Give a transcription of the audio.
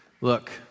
Look